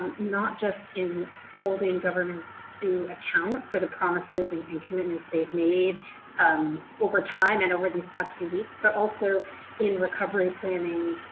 not just in holding governments to account for the promises and commitments they have made um over time and over these past few weeks, but also in recovery planning,